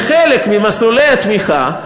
לחלק ממסלולי התמיכה,